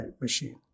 machine